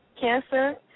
Cancer